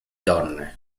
donne